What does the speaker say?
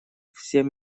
всем